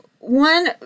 One